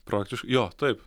praktiš jo taip